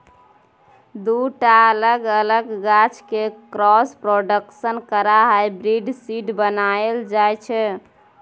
दु टा अलग अलग गाछ केँ क्रॉस प्रोडक्शन करा हाइब्रिड सीड बनाएल जाइ छै